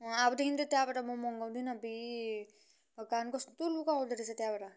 अँ अबदेखि चाहिँ त्यहाँबाट म मगाउँदिन अबुई भगवान् कस्तो लुगा आउँदो रहेछ त्यहाँबाट